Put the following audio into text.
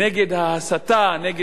נגד דברי הגזענות,